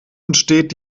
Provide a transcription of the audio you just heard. entsteht